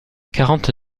quarante